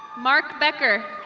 mark becker.